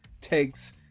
takes